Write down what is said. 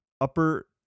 upper